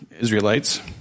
Israelites